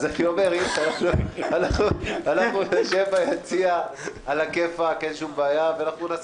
אז אנחנו נשב ביציע עלא-כיפאק ונעשה